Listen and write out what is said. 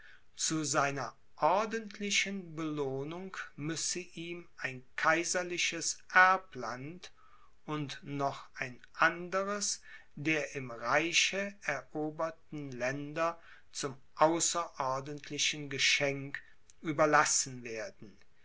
zu seiner ordentlichen belohnung müsse ihm ein kaiserliches erbland und noch ein anderes der im reiche eroberten länder zum außerordentlichen geschenk überlassen werden